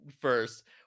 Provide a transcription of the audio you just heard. first